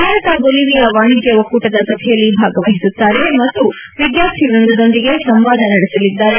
Bharat Bolivia ವಾಣಿಜ್ಞ ಒಕ್ಕೊಟದ ಸಭೆಯಲ್ಲಿ ಭಾಗವಹಿಸುತ್ತಾರೆ ಮತ್ತು ವಿದ್ನಾರ್ಥಿವ್ಯಂದದೊಂದಿಗೆ ಸಂವಾದ ನಡೆಸಲಿದ್ದಾರೆ